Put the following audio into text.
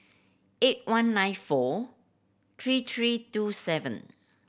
eight one nine four three three two seven